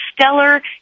stellar